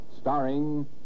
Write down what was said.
starring